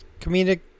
comedic